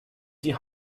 die